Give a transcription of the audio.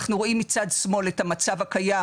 אנחנו רואים מצד שמאל את המצב הקיים,